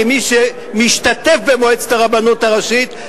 כמי שמשתתף במועצת הרבנות הראשית,